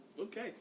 Okay